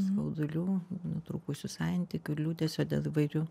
skaudulių nutrūkusių santykių ir liūdesio dėl įvairių